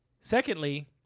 Secondly